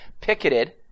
picketed